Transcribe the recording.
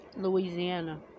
Louisiana